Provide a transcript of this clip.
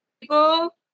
people